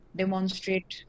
demonstrate